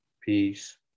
peace